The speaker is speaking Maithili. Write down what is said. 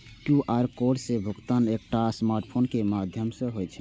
क्यू.आर कोड सं भुगतान एकटा स्मार्टफोन के माध्यम सं होइ छै